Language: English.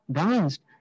danced